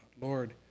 Lord